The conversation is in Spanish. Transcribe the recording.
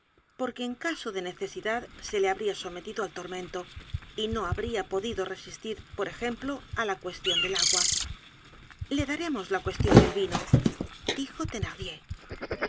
porque en caso de necesidad se le habria sometido al tormento y no habria podido resistir por ejemplo á la cuestion del agua le daremos la cuestion del vino dijo